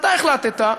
אתה החלטת,